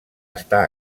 estar